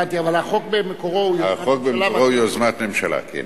הבנתי, אבל החוק במקורו הוא יוזמת ממשלה.